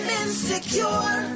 insecure